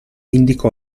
indicò